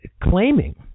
Claiming